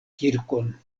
kirkon